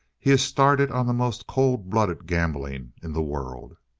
he is started on the most cold-blooded gambling in the world.